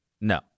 No